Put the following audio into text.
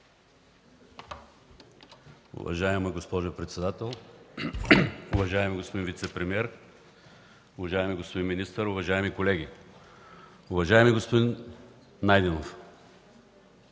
Уважаема госпожо председател, уважаеми господин вицепремиер, уважаеми господин министър, уважаеми колеги! Господин Бисеров,